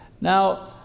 Now